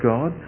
God